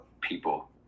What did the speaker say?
people